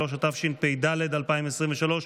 33), התשפ"ד 2023,